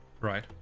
right